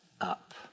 up